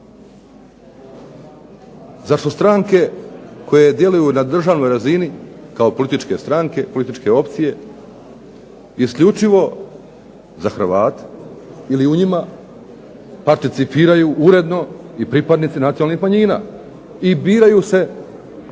Zar su stranke koje djeluju na državnoj razini kao političke stranke, političke opcije isključivo za Hrvate ili u njima participiraju uredno i pripadnici nacionalnih manjina i biraju se za